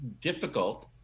difficult